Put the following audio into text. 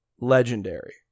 legendary